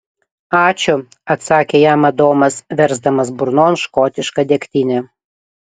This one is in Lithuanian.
ačiū atsakė jam adomas versdamas burnon škotišką degtinę